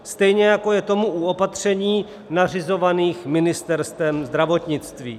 Stejně jako je tomu u opatření nařizovaných Ministerstvem zdravotnictví.